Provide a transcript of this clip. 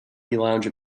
lounge